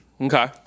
Okay